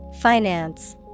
Finance